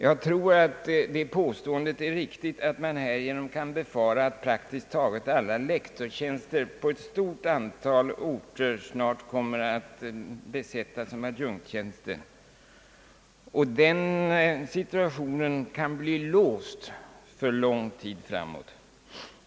Jag tror att det påståendet är riktigt att man härigenom kan befara att praktiskt taget alla lektorstjänster på ett stort antal orter snart kommer att besättas som adjunktstjänster, och den situationen kan bli låst för lång tid framåt.